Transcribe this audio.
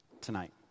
tonight